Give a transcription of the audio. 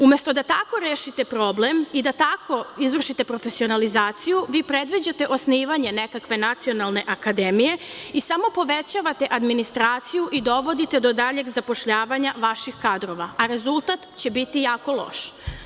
Umesto da tako rešite problem i da tako izvršite profesionalizaciju, vi predviđate osnivanje nekakve Nacionalne akademije i samo povećavate administraciju i dovodite do daljeg zapošljavanja vaših kadrova, a rezultat će biti jako loš.